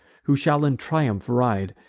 who shall in triumph ride,